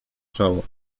czoło